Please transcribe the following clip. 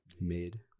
Mid